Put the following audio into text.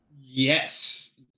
Yes